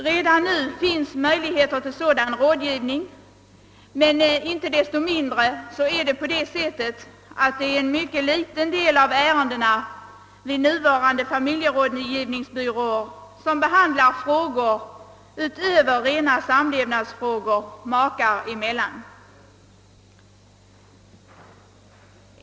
Redan nu finns möjligheter till sådan rådgivning,.men inte desto mindre är det på nuvarande familjerådgivningsbyråer en mycket liten del av ärendena som berör frågor vid sidan av själva samlevnaden mellan makarna.